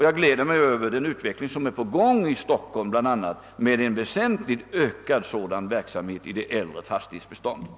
Jag gläder mig över den utveckling som pågår i bl.a. Stockholm mot en väsentligt ökad sådan verksamhet i det äldre fastighetsbeståndet.